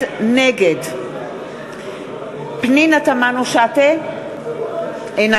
נגד פנינה תמנו-שטה, אינה